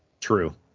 True